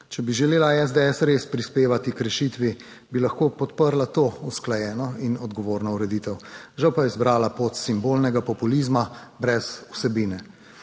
Če bi želela SDS res prispevati k rešitvi bi lahko podprla to usklajeno in odgovorno ureditev, žal pa je izbrala pot simbolnega populizma brez vsebine.